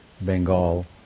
Bengal